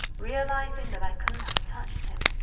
realising that i couldn't have touched him,